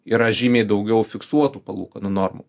yra žymiai daugiau fiksuotų palūkanų normų